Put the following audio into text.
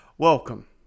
Welcome